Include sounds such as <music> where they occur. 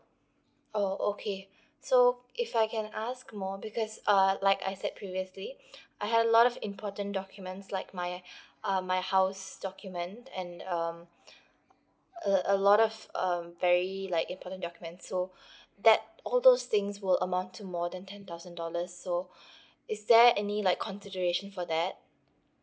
oh okay so if I can ask more because err like I said previously <breath> I had a lot of important documents like my <breath> uh my house document and um <breath> a a lot of um very like important documents so <breath> that all those things will amount to more than ten thousand dollars so <breath> is there any like consideration for that